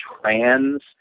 trans